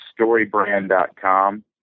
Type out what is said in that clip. storybrand.com